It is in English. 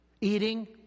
Eating